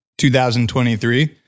2023